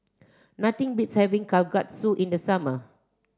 nothing beats having kalguksu in the summer